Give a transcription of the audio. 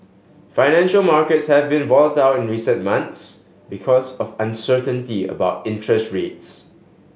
financial markets have been volatile in recent months because of uncertainty about interest rates